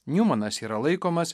niumanas yra laikomas